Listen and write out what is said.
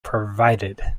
provided